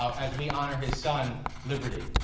so as we honor his son liberty.